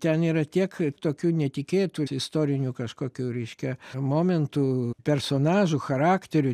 ten yra tiek tokių netikėtų istorinių kažkokių reiškia momentų personažų charakterių